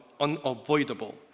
unavoidable